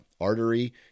artery